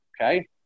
okay